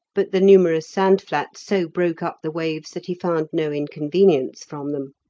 but the numerous sandflats so broke up the waves that he found no inconvenience from them.